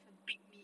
a big meat